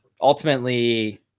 ultimately